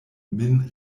min